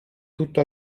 tutto